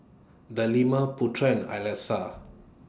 Delima Putra and Alyssa